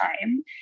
time